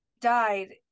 died